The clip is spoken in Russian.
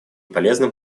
полезным